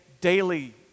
daily